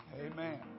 Amen